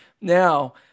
Now